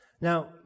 Now